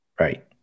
Right